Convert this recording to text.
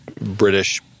British